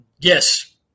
yes